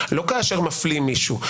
לא כאשר מפלים מישהו.